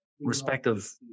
respective